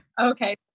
Okay